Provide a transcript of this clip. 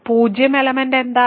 പൂജ്യം എലമെന്റ് എന്താണ്